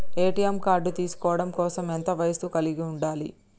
ATM card తీసుకోవడం కోసం ఎంత వయస్సు కలిగి ఉండాలి?